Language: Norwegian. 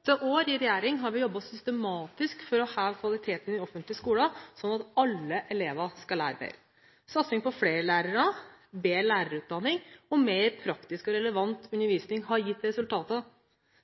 heve kvaliteten i den offentlige skolen, sånn at alle elever skal lære mer. Satsing på flere lærere, bedre lærerutdanning og mer praktisk og relevant undervisning har gitt resultater.